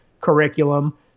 curriculum